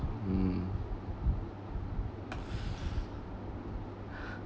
mm